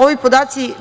Ovi podaci